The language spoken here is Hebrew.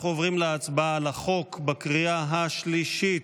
אנחנו עוברים להצבעה על החוק בקריאה השלישית.